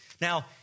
Now